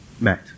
met